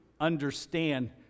understand